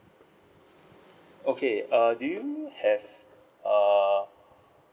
okay uh do you have err